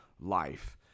life